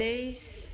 ତେଇଶ